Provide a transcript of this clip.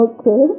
Okay